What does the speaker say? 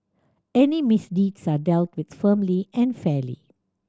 any misdeeds are dealt with firmly and fairly